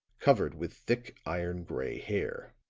covered with thick, iron-gray hair